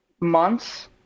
months